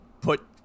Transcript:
put